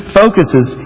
focuses